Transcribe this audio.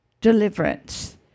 deliverance